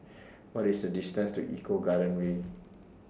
What IS The distance to Eco Garden Way